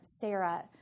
Sarah